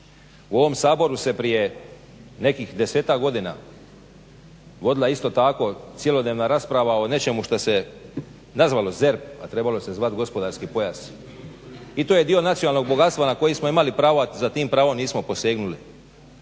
U ovom Saboru se prije nekih desetak godina vodila isto tako cjelodnevna rasprava o nečemu što se nazvalo ZERP, a trebalo se zvati gospodarski pojas. I to je dio nacionalnog bogatstva na koji smo imali pravo, a za tim pravom nismo posegnuli.